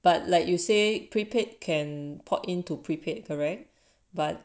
but like you say prepaid can port into prepaid correct but